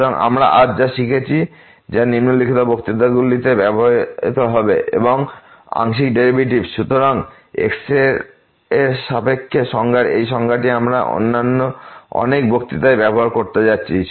সুতরাং আমরা আজ যা শিখেছি যা নিম্নলিখিত বক্তৃতাগুলিতে ব্যবহৃত হবে আংশিক ডেরিভেটিভস সুতরাং এটি x এর সাথে সংজ্ঞার এই সংজ্ঞাটি আমরা অন্যান্য অনেক বক্তৃতায় ব্যবহার করতে যাচ্ছি